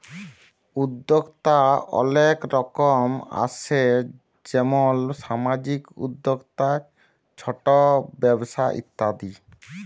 উদ্যক্তা অলেক রকম আসে যেমল সামাজিক উদ্যক্তা, ছট ব্যবসা ইত্যাদি